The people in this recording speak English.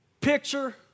picture